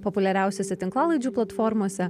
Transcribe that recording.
populiariausiose tinklalaidžių platformose